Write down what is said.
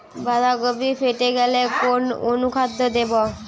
বাঁধাকপি ফেটে গেলে কোন অনুখাদ্য দেবো?